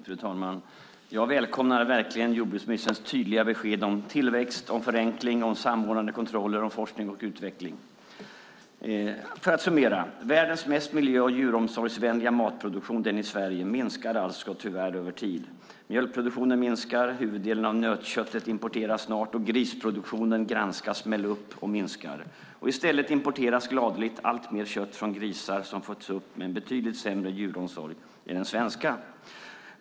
Fru talman! Jag välkomnar verkligen jordbruksministerns tydliga besked om tillväxt, om förenkling, om samordnade kontroller, om forskning och utveckling. En summering: Världens mest miljö och djuromsorgsvänliga matproduktion, den i Sverige, minskar alltså tyvärr över tid. Mjölkproduktionen minskar, huvuddelen av nötköttet importeras snart och grisproduktionen granskas med lupp och minskar. I stället importeras gladeligt alltmer kött från grisar som fötts upp med en betydligt sämre djuromsorg än de svenska.